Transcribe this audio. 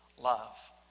love